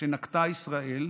שנקטה ישראל,